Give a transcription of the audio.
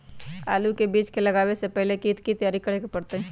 आलू के बीज के लगाबे से पहिले की की तैयारी करे के परतई?